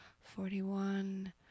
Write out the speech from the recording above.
forty-one